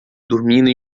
dormindo